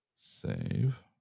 Save